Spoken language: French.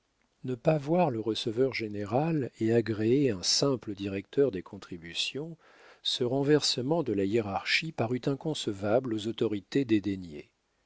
ne pas voir le receveur-général et agréer un simple directeur des contributions ce renversement de la hiérarchie parut inconcevable aux autorités